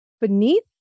beneath